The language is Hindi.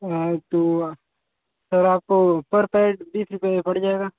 हाँ तो सर आपको पर पैड बीस रुपये में पड़ जाएगा